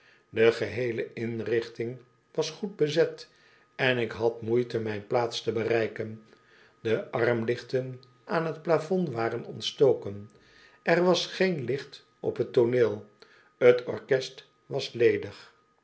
de geheele inrichting was goed bezet en ik had moeite mijne plaats te bereiken de armlichten aan t plafond waren ontstoken er was geen licht op het tooneel t orchest was ledig